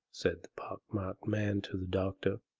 said the pock-marked man to the doctor